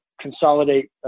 consolidate